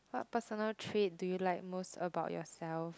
what personal trait do you like most about yourself